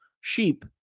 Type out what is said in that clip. sheep